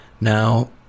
Now